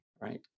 right